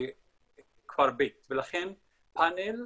בכפר ב', לכן פאנל,